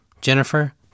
Jennifer